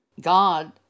God